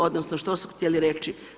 Odnosno što usu htjeli reći?